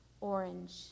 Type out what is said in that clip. orange